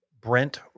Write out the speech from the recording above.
Brent